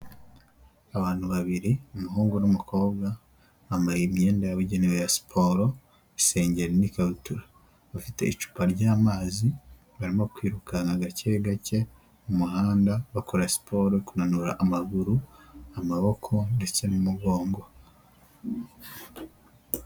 Abantu babiri, umuhungu n'umukobwa, bambaye imyenda yabugenewe ya siporo, isengeri n'ikabutura. Bafite icupa ry'amazi, barimo kwirukanka gake gake mu muhanda bakora siporo yo kumanura amaguru, amaboko ndetse n'umugongo.